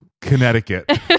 Connecticut